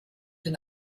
den